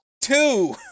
two